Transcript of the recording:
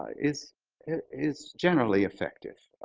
is is generally effective.